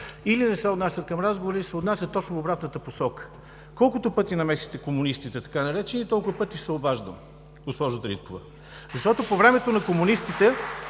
или не се отнасят към разговора, или се отнасят точно в обратната посока. Колкото пъти намесите „комунистите“ така наречени, толкова пъти ще се обаждам, госпожо Дариткова. (Ръкопляскания от